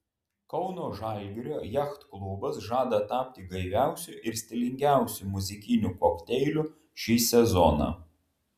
kauno žalgirio jachtklubas žada tapti gaiviausiu ir stilingiausiu muzikiniu kokteiliu šį sezoną